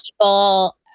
people